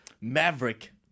Maverick